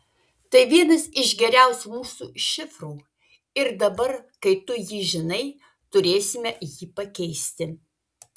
tai vienas iš geriausių mūsų šifrų ir dabar kai tu jį žinai turėsime jį pakeisti